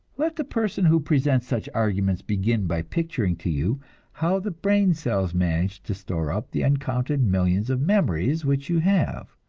let the person who presents such arguments begin by picturing to you how the brain cells manage to store up the uncounted millions of memories which you have,